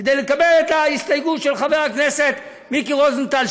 כדי לקבל את ההסתייגות של חבר הכנסת מיקי רוזנטל,